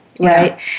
Right